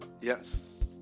Yes